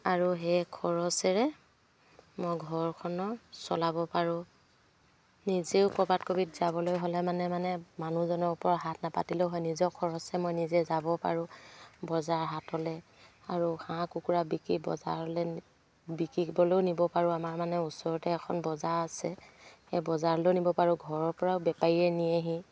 আৰু সেই খৰচেৰে মই ঘৰখনৰ চলাব পাৰোঁ নিজেও ক'ৰবাত কবিত যাবলৈ হ'লে মানে মানে মানুহজনৰ ওপৰত হাত নাপাতিলেও হয় নিজৰ খৰচে মই নিজে যাব পাৰোঁ বজাৰ হাতলৈ আৰু হাঁহ কুকুৰা বিকি বজাৰলৈ বিকিবলেও নিব পাৰোঁ আমাৰ মানে ওচৰতে এখন বজাৰ আছে সেই বজাৰলেও নিব পাৰোঁ ঘৰৰ পৰাও বেপাৰীয়ে নিয়েহি